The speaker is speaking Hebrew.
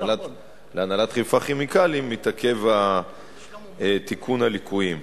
להנהלת "חיפה כימיקלים" מתעכב תיקון הליקויים.